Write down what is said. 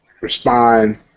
respond